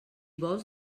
vols